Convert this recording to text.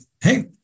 hey